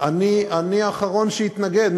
אני האחרון שיתנגד.